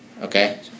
Okay